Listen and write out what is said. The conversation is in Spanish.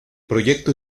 proyecto